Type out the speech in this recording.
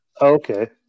Okay